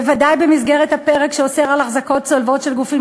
בוודאי במסגרת הפרק שאוסר אחזקות צולבות של גופים